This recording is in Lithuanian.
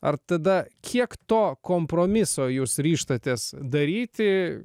ar tada kiek to kompromiso jūs ryžtatės daryti